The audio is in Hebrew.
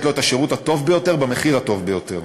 לו את השירות הטוב ביותר במחיר הטוב ביותר.